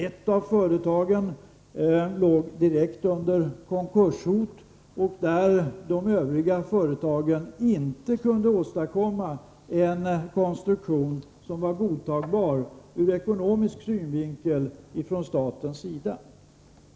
Ett av företagen låg direkt under konkurshot, och de övriga företagen kunde inte åstadkomma en konstruktion som ur ekonomisk synvinkel var godtagbar från statens sida.